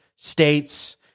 states